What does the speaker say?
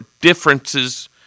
differences